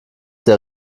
der